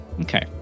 okay